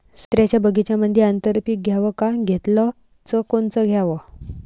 संत्र्याच्या बगीच्यामंदी आंतर पीक घ्याव का घेतलं च कोनचं घ्याव?